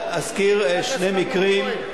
אזכיר שני מקרים.